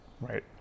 Right